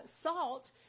salt